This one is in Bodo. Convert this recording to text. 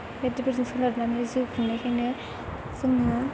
बायदिफोरजों सोनारनानै जिउ खुंनायखायनो जोङो